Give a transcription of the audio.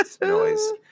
noise